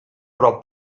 però